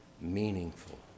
meaningful